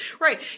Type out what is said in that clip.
Right